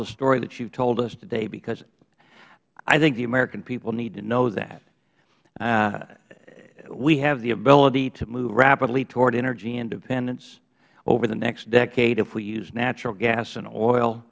the story that you told us today because i think the american people need to know that we have the ability to move rapidly toward energy independence over the next decade if we use natural gas and oil